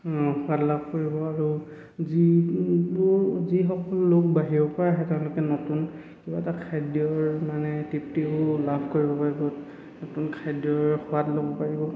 সোৱাদ লাভ কৰিব আৰু যিবোৰ যিসকল লোক বাহিৰৰ পৰা আহে তেওঁলোকে নতুন কিবা এটা খাদ্যৰ মানে তৃপ্তিও লাভ কৰিব পাৰিব নতুন খাদ্যৰ সোৱাদ ল'ব পাৰিব